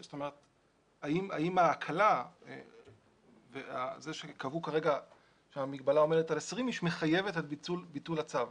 האם ההקלה וזה שקבעו שכרגע המגבלה עומדת על 20 מחייבת את ביטול הצו?